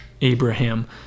Abraham